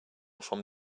from